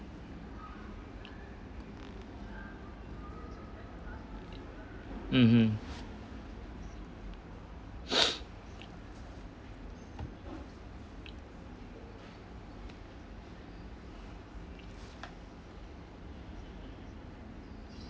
mmhmm